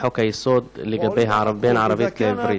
בחוק-היסוד, בין הערבית לעברית.